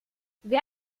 wer